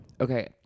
Okay